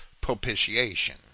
propitiation